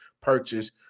purchase